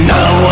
Now